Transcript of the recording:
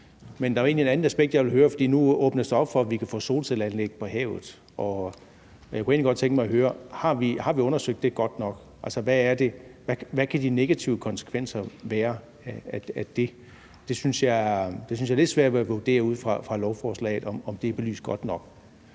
egentlig et andet aspekt, jeg ville høre om, for nu åbnes der op for, at vi kan få solcelleanlæg på havet. Jeg kunne egentlig godt tænke mig at høre, om vi har undersøgt det godt nok. Altså, hvad kan de negative konsekvent være af det? Jeg synes, jeg har lidt svært ved at vurdere ud fra lovforslaget, om det er belyst godt nok.